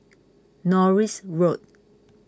Norris Road